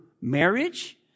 marriage